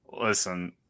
Listen